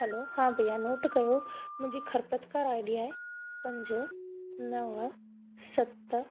hello हा भइया note कयो मुंहिंजी खरपतकर आईडी आहे पंज नव सत